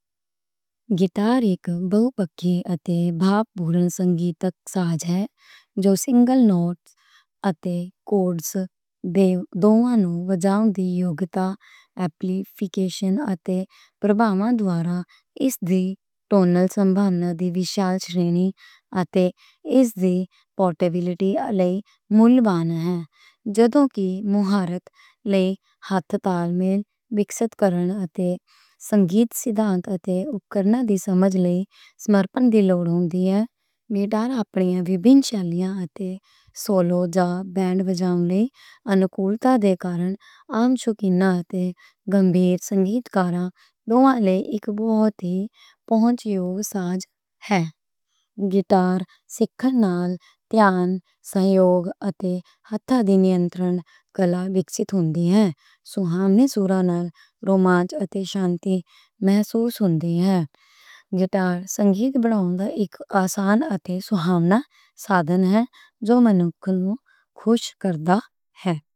گِتار اک بَہُپَکھی اتے سَنگیتک ساز ہے، جو سِنگل نوٹ اتے کورڈز دے نال وج سکدا ہے۔ دُونوں وجاؤݨ دِی یوگتا، ایمپلیفیکیشن دُوارا اِس دِی ٹونل سَنبھاونا دِی وِشال شرینی، اتے اِس دِی پورٹیبِلِٹی لئی مولّوان ہے۔ جدوں کہ مُہارت، لَے-تال میل، وِکست کرنے اتے سَنگیت سِدھانت اتے اُپکارناں دِی سمجھ لئی سمرپن دِی لوڑ ہے۔ گِتار اپنیئں وکھ-وکھ شَیلیاں اتے سولو جا بینڈ وجاؤݨ لئی انُکُولتا دے کارن عام شوقینا اتے گمبھیر سَنگیتکاراں دُونوں لئی اک بہت ہی پُہنچ یوگ ساز ہے۔ گِتار سِکھݨ نال دھیان، سہیوگ اتے ہاتھاں دے نِینترن کَلا وِکاسِت ہُندی ہے۔ سوہانے سُراں نال رومانچ اتے شانتی محسوس ہُندی ہے۔ گِتار سَنگیت بناوݨ دا اک آسان اتے سوہانا سادھن ہے، جو مَنُک نوں خوش کردا ہے۔